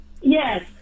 Yes